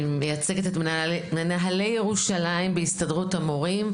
אני מייצגת את מנהלי ירושלים בהסתדרות המורים,